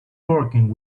working